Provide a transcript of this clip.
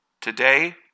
Today